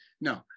No